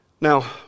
Now